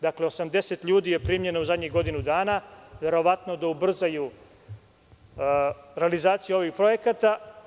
Dakle, 80 ljudi je primljeno u zadnjih godinu dana, a verovatno da bi ubrzali realizaciju ovih projekata.